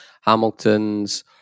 Hamilton's